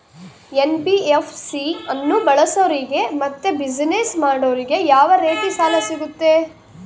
NBFC ಅನ್ನು ಬಳಸೋರಿಗೆ ಮತ್ತೆ ಬಿಸಿನೆಸ್ ಮಾಡೋರಿಗೆ ಯಾವ ರೇತಿ ಸಾಲ ಸಿಗುತ್ತೆ?